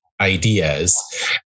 ideas